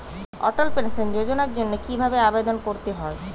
অটল pension যোজনার জন্য কি ভাবে আবেদন করতে হয়?